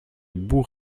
bouts